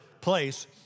place